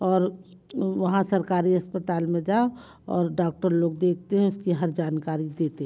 और वहाँ सरकारी अस्पताल में जाओ और डॉक्टर लोग देखते हैं उसकी हर जानकारी देते हैं